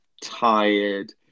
tired